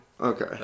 Okay